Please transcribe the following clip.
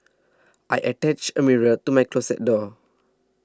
I attached a mirror to my closet door